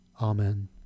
Amen